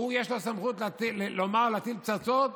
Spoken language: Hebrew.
הוא, יש לו סמכות לומר להטיל פצצות